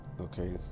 okay